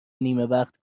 نیمهوقت